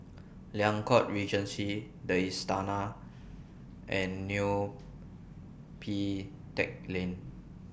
Liang Court Regency The Istana and Neo Pee Teck Lane